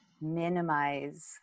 minimize